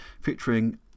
featuring